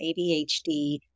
ADHD